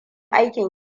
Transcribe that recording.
aikin